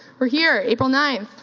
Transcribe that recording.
we're here, april ninth,